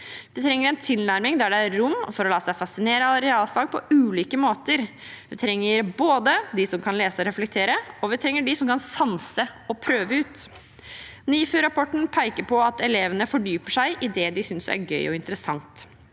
Vi trenger en tilnærming der det er rom for å la seg fascinere av realfag på ulike måter. Vi trenger dem som kan lese og reflektere, og vi trenger dem som kan sanse og prøve ut. NIFU-rapporten peker på at elevene fordyper seg i det de synes er gøy og interessant.